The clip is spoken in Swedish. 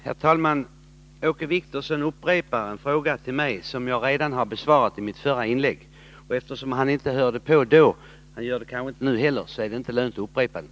Herr talman! Åke Wictorsson upprepar en fråga till mig, som jag besvarade redan i mitt förra inlägg. Eftersom han inte hörde på då, gör han det kanske inte nu heller. Därför är det inte lönt att upprepa svaret.